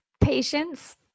Patience